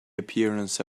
appearance